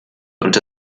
und